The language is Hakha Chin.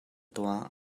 tuah